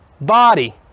body